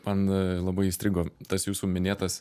man labai įstrigo tas jūsų minėtas